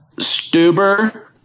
Stuber